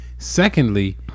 Secondly